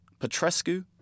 Petrescu